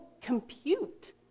compute